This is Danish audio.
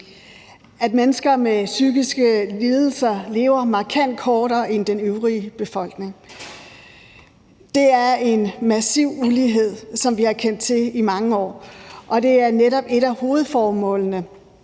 at mennesker med psykiske lidelser lever markant kortere end den øvrige befolkning. Det er en massiv ulighed, som vi har kendt til i mange år, og et af hovedformålene